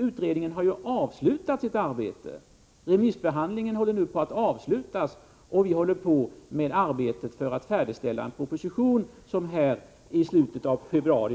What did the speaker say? Utredningen har ju avslutat sitt arbete, remissbehandlingen håller på att avslutas, och vi arbetar med att färdigställa en proposition som i slutet av februari